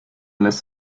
lässt